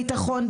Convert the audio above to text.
ביטחון,